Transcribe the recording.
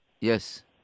Yes